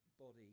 body